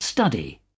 Study